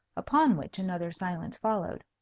upon which another silence followed.